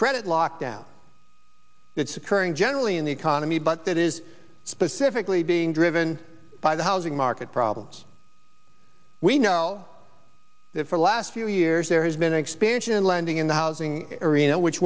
credit lockdown it's occurring generally in the economy but that is specifically being driven by the housing market problems we know that for the last few years there has been an expansion in lending in the housing arena which